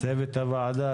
צוות הוועדה,